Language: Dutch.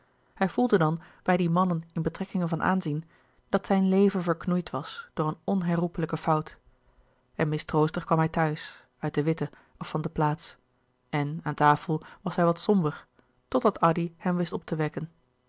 hij voelde dan bij die mannen in betrekkingen van aanzien dat zijn leven verknoeid was door een onherroepelijke fout en mistroostig kwam hij thuis uit de witte of van de plaats en aan tafel was hij wat somber totdat addy hem wist op te wekken